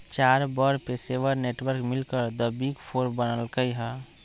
चार बड़ पेशेवर नेटवर्क मिलकर द बिग फोर बनल कई ह